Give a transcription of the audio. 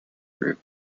group